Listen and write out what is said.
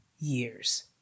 years